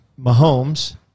Mahomes